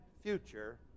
future